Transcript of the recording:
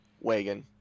wagon